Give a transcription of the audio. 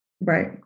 Right